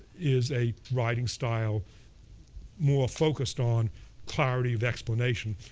is a writing style more focused on clarity of explanation,